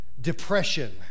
depression